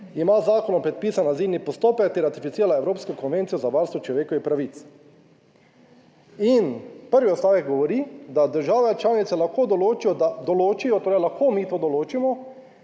ima z zakonom predpisan azilni postopek in ratificira Evropsko konvencijo za varstvo človekovih pravic. In prvi odstavek govori, da države članice lahko določijo, da določijo, torej lahko mi to določimo,